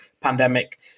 pandemic